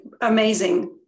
amazing